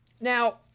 Now